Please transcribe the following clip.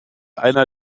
einer